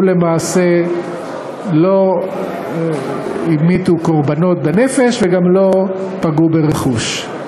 ולמעשה לא המיתו קורבנות בנפש וגם לא פגעו ברכוש.